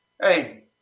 Hey